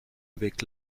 avec